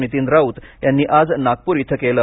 नितीन राऊत यांनी आज नागपूर इथं केलं